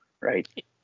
Right